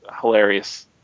hilarious